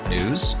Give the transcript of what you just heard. News